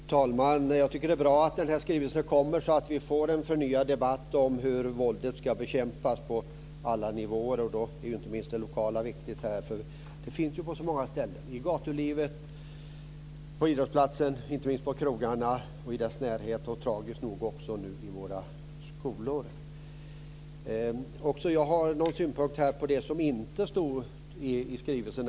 Fru talman! Jag tycker att det är bra att den här skrivelsen kommer, så att vi får en förnyad debatt om hur våldet ska bekämpas på alla nivåer. Inte minst den lokala nivån är viktig. Våldet finns ju på så många ställen, i gatulivet, på idrottsplatsen och inte minst på krogarna och i deras närhet. Tragiskt nog finns det nu också i våra skolor. Även jag har någon synpunkt på det som inte stod i skrivelsen.